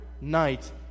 night